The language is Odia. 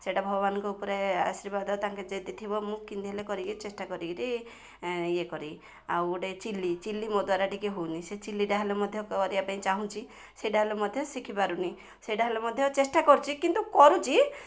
ସେଇଟା ଭଗବାନଙ୍କ ଉପରେ ଆଶୀର୍ବାଦ ତାଙ୍କେ ଯଦି ଥିବ ମୁଁ କିନ୍ତି ହେଲେ କରିକି ଚେଷ୍ଟା କରିକିରି ଇଏ କରି ଆଉ ଗୋଟେ ଚିଲି ଚିଲି ମୋ ଦ୍ଵାରା ଟିକେ ହଉନି ସେ ଚିଲିଟା ହେଲେ ମଧ୍ୟ କରିବା ପାଇଁ ଚାହୁଁଛି ସେଇଟା ହେଲେ ମଧ୍ୟ ଶିଖିପାରୁନି ସେଇଟା ହେଲେ ମଧ୍ୟ ଚେଷ୍ଟା କରୁଛି କିନ୍ତୁ କରୁଛି